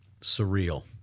surreal